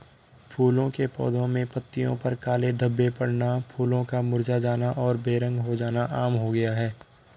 फूलों के पौधे में पत्तियों पर काले धब्बे पड़ना, फूलों का मुरझा जाना और बेरंग हो जाना आम हो गया है